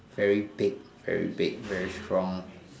very big very big very strong